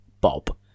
Bob